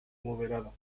moderada